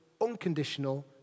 unconditional